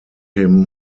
him